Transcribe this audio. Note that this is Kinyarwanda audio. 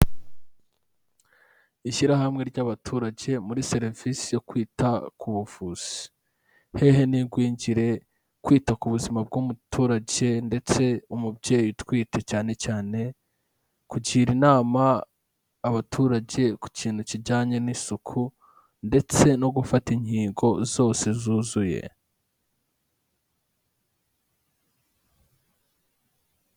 Ishyirahamwe ry'abaturage muri serivisi yo kwita ku buvuzi. Hehe n'igwingire, kwita ku buzima bw'umuturage ndetse umubyeyi utwite cyane cyane, kugira inama abaturage ku kintu kijyanye n'isuku ndetse no gufata inkingo zose zuzuye.